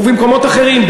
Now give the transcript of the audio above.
ובמקומות אחרים,